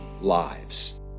lives